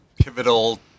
pivotal